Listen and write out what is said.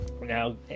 Now